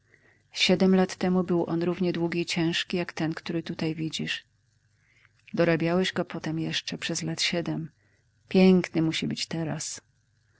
siedem lat temu był on równie długi i ciężki jak ten który tutaj widzisz dorabiałeś go potem jeszcze przez lat siedem piękny musi być teraz